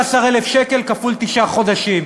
15,000 שקל כפול תשעה חודשים.